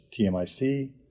TMIC